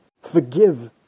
Forgive